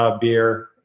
beer